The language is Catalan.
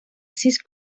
sis